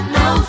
no